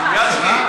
תשתוק שעה.